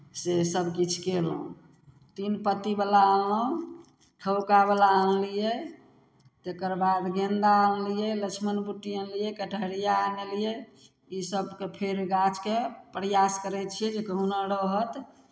से सभकिछ कयलहुँ तीन पत्तीवला आम खौकावला आनलियै तकर बाद गेन्दा आनलियै लक्षमण बुट्टी आनलियै कटहरिया आनलियै इसभके फेर गाछके प्रयास करै छियै जे कोहुना रहत